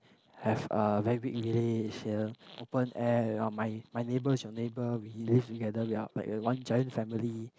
have a very big village open air that kind of my my neighbor is your neighbor we live together we are like a one giant family